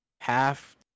half